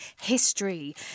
history